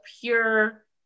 pure